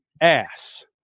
ass